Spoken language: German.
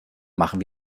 machen